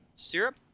Syrup